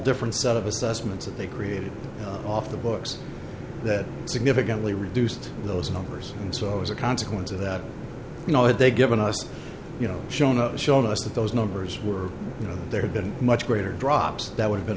different set of assessments that they created off the books that significantly reduced those numbers and so as a consequence of that you know had they given us you know shown up showed us that those numbers were you know there had been much greater drops that would have been